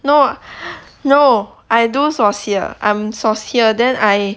no no I do saucier I'm saucier then I